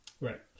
Right